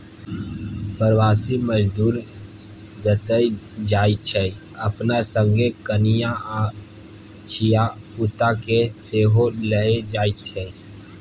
प्रबासी मजदूर जतय जाइ छै अपना संगे कनियाँ आ धिया पुता केँ सेहो लए जाइ छै